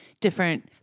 different